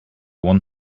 want